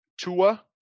Tua